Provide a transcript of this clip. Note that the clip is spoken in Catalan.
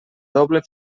doble